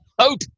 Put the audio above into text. Hope